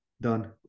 done